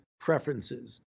preferences